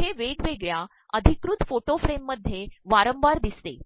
हे वेगवेगळ्या अचधकृत फोिो फ्रे ममध्ये वारंवार द्रदसते